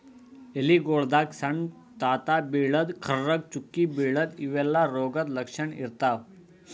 ಎಲಿಗೊಳ್ದಾಗ್ ಸಣ್ಣ್ ತೂತಾ ಬೀಳದು, ಕರ್ರಗ್ ಚುಕ್ಕಿ ಬೀಳದು ಇವೆಲ್ಲಾ ರೋಗದ್ ಲಕ್ಷಣ್ ಇರ್ತವ್